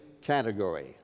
category